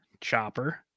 Chopper